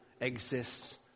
exists